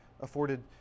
afforded